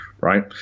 right